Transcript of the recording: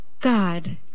God